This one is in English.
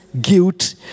guilt